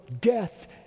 death